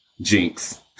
Jinx